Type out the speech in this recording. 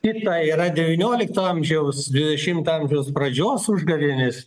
kita yra devyniolikto amžiaus dvidešimto amžiaus pradžios užgavėnės